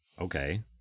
okay